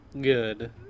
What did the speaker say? good